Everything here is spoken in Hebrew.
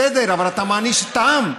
בסדר, אבל אתה מעניש את העם.